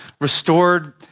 restored